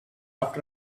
after